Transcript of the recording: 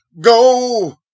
Go